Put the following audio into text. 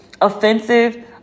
offensive